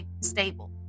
stable